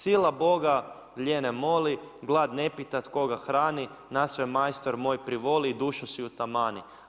Sila Boga lijene moli, glad ne pita tko ga hrani, na sve majstor moj privoli i dušu si utamani.